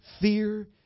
fear